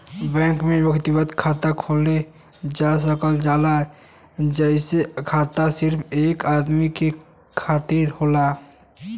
bank में व्यक्तिगत खाता खोलल जा सकल जाला अइसन खाता सिर्फ एक आदमी के खातिर होला